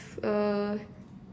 a